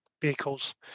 vehicles